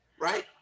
right